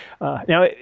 Now